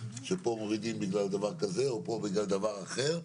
שכאן מורידים בגלל דבר כזה או כאן בגלל דבר אחר.